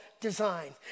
design